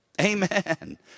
Amen